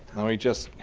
let me just